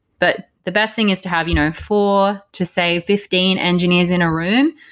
but the best thing is to have you know four to say, fifteen engineers in a room.